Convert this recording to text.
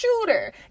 shooter